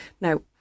Now